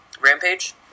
Rampage